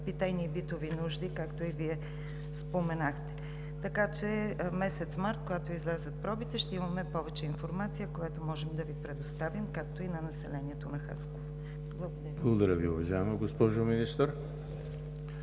питейно-битови нужди, както и Вие споменахте. Така че месец март, когато излязат пробите, ще имаме повече информация, която можем да Ви предоставим, както и на населението на Хасково. Благодаря. ПРЕДСЕДАТЕЛ ЕМИЛ